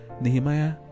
Nehemiah